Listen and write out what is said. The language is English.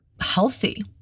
healthy